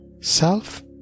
self